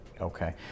Okay